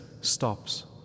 stops